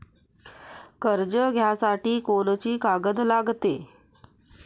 कर्ज घ्यासाठी कोनची कागद लागते?